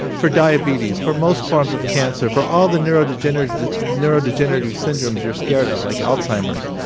for diabetes, for most forms of cancer, for all the neurodegenerative neurodegenerative syndromes you're scared of, like alzheimer's,